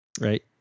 right